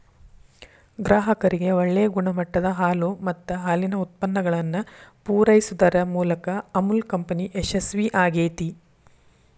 ಗ್ರಾಹಕರಿಗೆ ಒಳ್ಳೆ ಗುಣಮಟ್ಟದ ಹಾಲು ಮತ್ತ ಹಾಲಿನ ಉತ್ಪನ್ನಗಳನ್ನ ಪೂರೈಸುದರ ಮೂಲಕ ಅಮುಲ್ ಕಂಪನಿ ಯಶಸ್ವೇ ಆಗೇತಿ